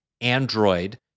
Android